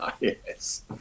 Yes